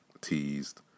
teased